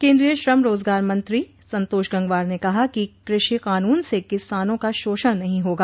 केंद्रीय श्रम रोजगार मंत्री संतोष गंगवार ने कहा कि कृषि कानून से किसानों का शोषण नहीं होगा